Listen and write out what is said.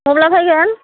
मब्ला फायगोन